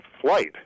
flight